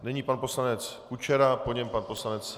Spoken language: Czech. Nyní pan poslanec Kučera, po něm pan poslanec Laudát.